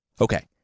Okay